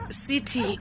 city